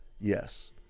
Yes